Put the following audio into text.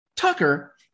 Tucker